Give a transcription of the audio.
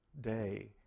day